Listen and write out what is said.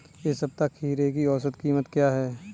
इस सप्ताह खीरे की औसत कीमत क्या है?